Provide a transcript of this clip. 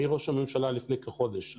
מראש הממשלה, לפני כחודש.